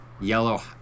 yellow